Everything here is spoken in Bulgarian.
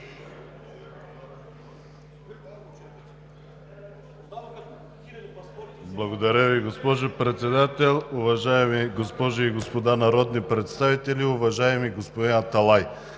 Благодаря Ви, госпожо Председател. Уважаеми госпожи и господа народни представители! Уважаеми господин Аталай,